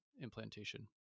implantation